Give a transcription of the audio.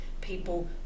people